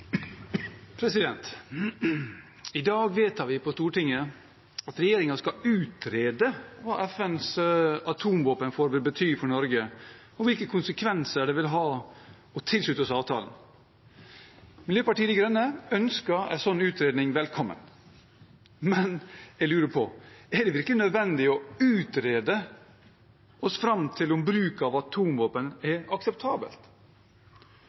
I dag vedtar vi på Stortinget at regjeringen skal utrede hva FNs atomvåpenforbud betyr for Norge, og hvilke konsekvenser det vil ha å tilslutte seg avtalen. Miljøpartiet De Grønne ønsker en slik utredning velkommen, men jeg lurer på: Er det virkelig nødvendig å utrede oss fram til om bruk av atomvåpen er akseptabelt?